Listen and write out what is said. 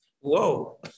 Whoa